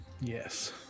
Yes